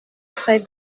très